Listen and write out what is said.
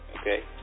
Okay